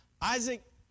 Isaac